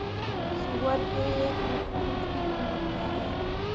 सुअर के एक लीटर दूध की कीमत क्या है?